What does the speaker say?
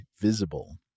Visible